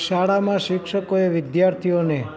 શાળામાં શિક્ષકોએ વિદ્યાર્થીઓને